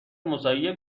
مساعی